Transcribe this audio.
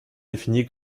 défini